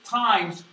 times